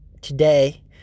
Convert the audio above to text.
today